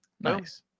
Nice